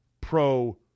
Pro